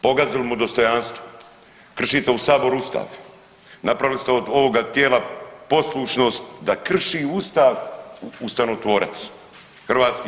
Pogazili mu dostojanstvo, kršite u Saboru Ustav, napravili ste od ovoga tijela poslušnost da krši Ustav ustavotvorac HS.